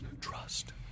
Trust